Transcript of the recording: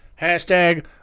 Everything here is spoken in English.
Hashtag